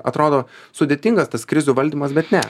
atrodo sudėtingas tas krizių valdymas bet ne